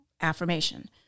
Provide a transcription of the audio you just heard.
affirmation